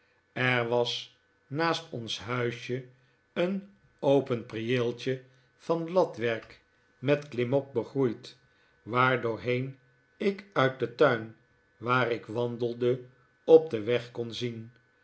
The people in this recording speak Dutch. er was naast ons huisje een open prieeltje van latwerk met klimop begroeid waardoorheen ik uit den tuin waar ik wandelde op den weg kon zien